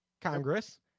Congress